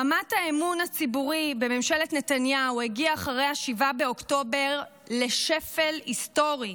רמת האמון הציבורי בממשלת נתניהו הגיעה אחרי 7 באוקטובר לשפל היסטורי.